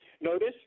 notice